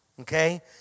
Okay